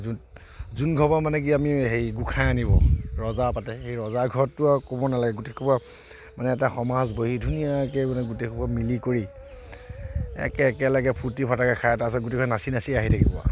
যি যি ঘৰৰ পৰা মানে কি আমি হেৰি গোঁসাই আনিব ৰজা পাতে সেই ৰজা ঘৰততো আৰু ক'বই নালাগে গোটেইসোপা মানে এটা সমাজ বহি ধুনীয়াকৈ মানে গোটেই সোপা মিলি কৰি একে একেলগে ফূৰ্তি ফাৰ্তাকে খাই তাৰপিছত গোটেইখিনি নাচি নাচি আহি থাকিব আৰু